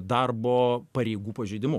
darbo pareigų pažeidimu